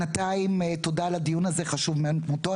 בינתיים, תודה על הדיון הזה, הוא חשוב מאין כמותו.